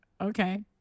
Okay